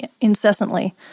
incessantly